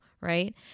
right